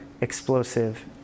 explosive